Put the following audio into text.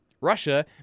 Russia